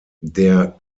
der